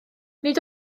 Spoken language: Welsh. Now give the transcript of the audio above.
nid